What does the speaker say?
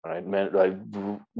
right